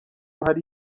hari